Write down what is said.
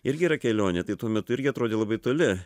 irgi yra kelionė tai tuo metu irgi atrodė labai toli